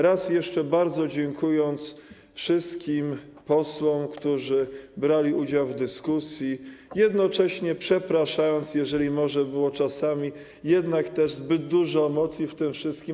Raz jeszcze bardzo dziękuję wszystkim posłom, którzy brali udział w dyskusji, jednocześnie przepraszam, jeżeli może było czasami jednak zbyt dużo emocji w tym wszystkim.